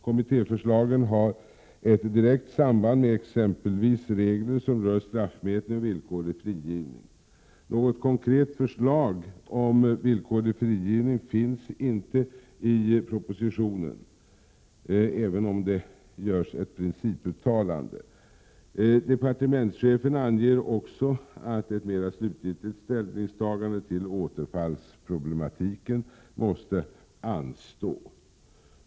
Kommittéförslagen har ett direkt samband med exempelvis regler som rör straffmätning och villkorlig frigivning. Något konkret förslag om villkorlig frigivning finns inte i propositionen, även om det görs ett principuttalande. Departementschefen anger också att ett mera slutgiltigt ställningstagande till återfalisproblematiken måste anstå.